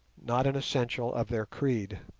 not an essential of their creed.